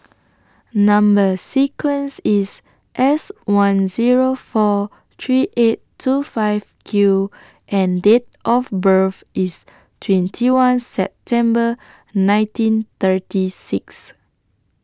Number sequence IS S one Zero four three eight two five Q and Date of birth IS twenty one September nineteen thirty six